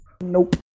Nope